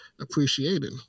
appreciating